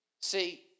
See